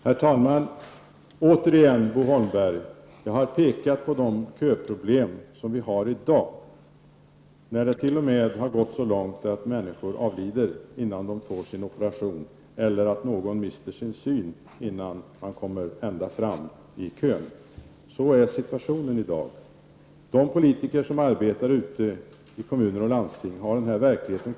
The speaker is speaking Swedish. Herr talman! Jag vill säga till Sten Svensson att jag inte känner mig ensam när jag blir utpekad för att vara fundamentalist.